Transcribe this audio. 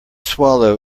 swallow